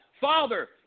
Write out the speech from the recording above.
Father